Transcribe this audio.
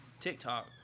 TikTok